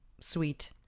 sweet